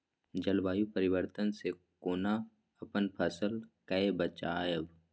जलवायु परिवर्तन से कोना अपन फसल कै बचायब?